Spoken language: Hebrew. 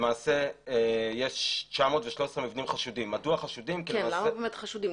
יש 913 מבנים חשודים --- למה חשודים?